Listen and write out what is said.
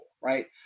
right